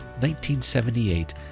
1978